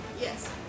Yes